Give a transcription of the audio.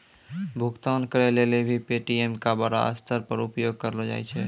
भुगतान करय ल भी पे.टी.एम का बड़ा स्तर पर उपयोग करलो जाय छै